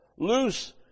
Loose